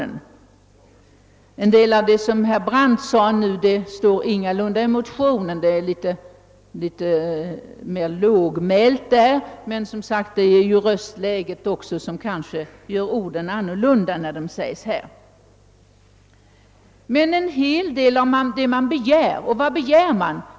Men en del av vad herr Brandt sade i sitt anförande nyss står ingalunda i motionerna. Motionärerna är litet mer hovsamma — men röstläget kan ju göra att orden får en något annan innebörd när de uttalas här i kammaren. Vad begär man egentligen?